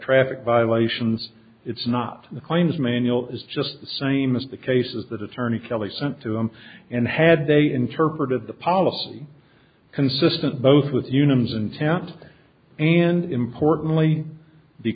traffic violations it's not the claims manual is just the same as the cases that attorney kelley sent to them and had they interpreted the policy consistent both with unions intent and importantly the